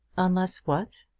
unless what?